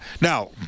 Now